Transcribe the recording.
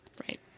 Right